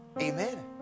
amen